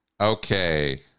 Okay